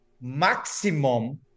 maximum